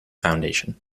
foundation